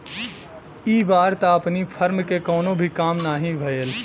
इ बार त अपनी फर्म के कवनो भी काम नाही भयल